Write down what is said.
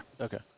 Okay